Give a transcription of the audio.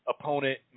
opponent